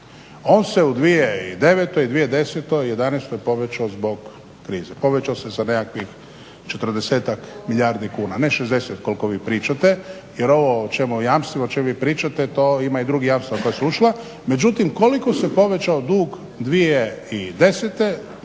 On se u 2009., 2010. i '11. povećao zbog krize, povećao se za nekakvih 40-ak milijardi kuna, ne 60 koliko vi pričate jer ovo o čemu, jamstvima, o čemu vi pričate to ima i drugi …/Govornik se ne razumije./…. Međutim, koliko se povećao dug 2012.,